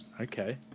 Okay